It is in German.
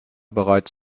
bereits